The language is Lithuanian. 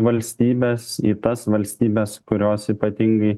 valstybes į tas valstybes kurios ypatingai